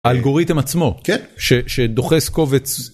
אלגוריתם עצמו שדוחס קובץ.